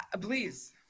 Please